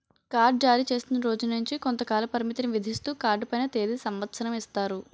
card జారీచేసిన రోజు నుంచి కొంతకాల పరిమితిని విధిస్తూ కార్డు పైన తేది సంవత్సరం ఇస్తారు